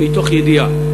מתוך ידיעה.